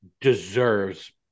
deserves